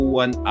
one